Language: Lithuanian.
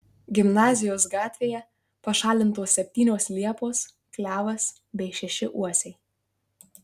gimnazijos gatvėje pašalintos septynios liepos klevas bei šeši uosiai